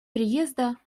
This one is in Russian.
приезда